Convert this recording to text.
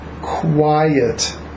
quiet